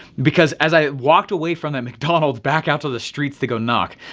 because as i walked away from that mcdonalds back out to the streets to go knock.